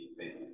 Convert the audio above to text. Amen